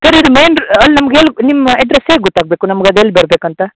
sir ಇದು main ರ್ ಅಲ್ಲಿ ನಮ್ಗೆ ಹೇಗ್ ನಿಮ್ಮ ಅಡ್ರೆಸ್ ಹೇಗೆ ಗೊತ್ತಾಗಬೇಕು ನಮ್ಗೆ ಅದು ಎಲ್ಲಿ ಬರ್ಬೇಕು ಅಂತ